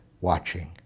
watching